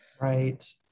Right